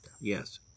Yes